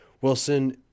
Wilson